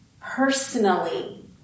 personally